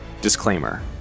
Disclaimer